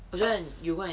我觉得 you go and